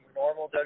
normal